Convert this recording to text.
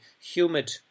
humid